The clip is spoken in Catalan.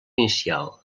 inicial